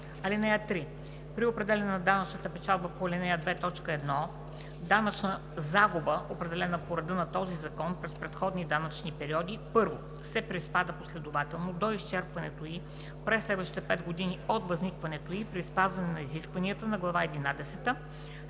„(3) При определяне на данъчната печалба по ал. 2, т. 1 данъчна загуба, определена по реда на този закон през предходни данъчни периоди: 1. се приспада последователно до изчерпването ѝ през следващите 5 години от възникването ѝ, при спазване на изискванията на глава